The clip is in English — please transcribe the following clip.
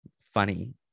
funny